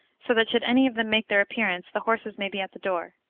so that should any of them make their appearance, the horses may be at the door.